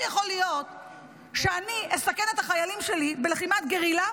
יכול להיות שאני אסכן את החיילים שלי בלחימת גרילה,